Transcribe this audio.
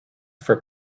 for